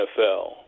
NFL